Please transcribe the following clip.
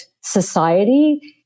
society